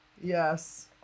Yes